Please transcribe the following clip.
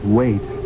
wait